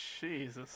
Jesus